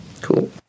Cool